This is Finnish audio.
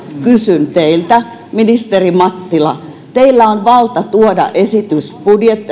kysyn teiltä uudestaan ministeri mattila teillä on valta tuoda esitys